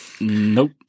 Nope